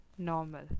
Normal